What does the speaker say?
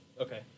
Okay